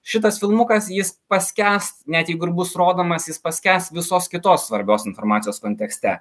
šitas filmukas jis paskęs net jeigu ir bus rodomas jis paskęs visos kitos svarbios informacijos kontekste